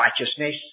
righteousness